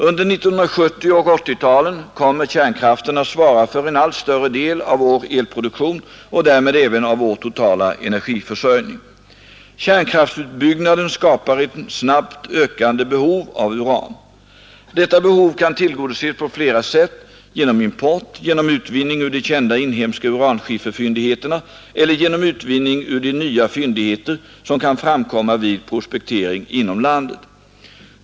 Under 1970 och 1980-talen kommer kärnkraften att svara för en allt större del av vår elproduktion och därmed även av vår totala energiförsörjning. Kärnkraftutbyggnaden skapar ett snabbt ökande behov av uran. Detta behov kan tillgodoses på flera sätt: genom import, genom utvinning ur de kända inhemska uranskifferfyndigheterna eller genom utvinning ur de nya fyndigheter som kan framkomma vid prospektering inom landet.